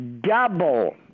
Double